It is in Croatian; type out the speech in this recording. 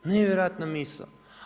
Nevjerojatna misao.